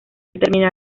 terminar